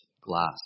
glass